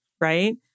right